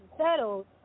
settled